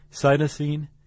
cytosine